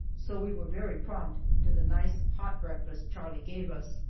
so we were very prompt to the nice hot breakfast charlie gave us.